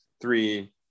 three